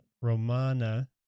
Romana